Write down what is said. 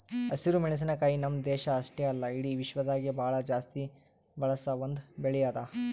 ಹಸಿರು ಮೆಣಸಿನಕಾಯಿ ನಮ್ಮ್ ದೇಶ ಅಷ್ಟೆ ಅಲ್ಲಾ ಇಡಿ ವಿಶ್ವದಾಗೆ ಭಾಳ ಜಾಸ್ತಿ ಬಳಸ ಒಂದ್ ಬೆಳಿ ಅದಾ